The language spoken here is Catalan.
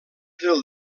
del